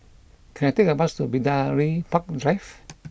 can I take a bus to Bidadari Park Drive